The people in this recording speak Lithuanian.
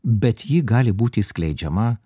bet ji gali būti skleidžiama